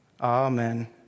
Amen